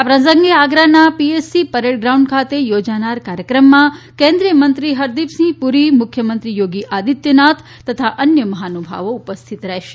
આ પ્રસંગે આગ્રાના પીએસી પરેડ ગ્રાઉન્ડ ખાતે યોજાનાર કાર્યક્રમમાં કેન્દ્રીય મંત્રી હરદીપસિંહ પુરી મુખ્યમંત્રી યોગી આદિત્યનાથ તથા અન્ય મહાનુભાવો ઉપસ્થિત રહેશે